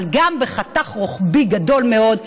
אבל גם בחתך רוחבי גדול מאוד,